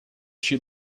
she